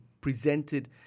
presented